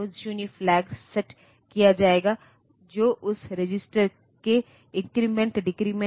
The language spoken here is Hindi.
तो शेष स्थान खाली हो जाएगा और प्रोसेसर को उस सिस्टम में किसी भी प्रोग्राम के निष्पादन के दौरान उस सीमा में एड्रेस उत्पन्न नहीं करने चाहिए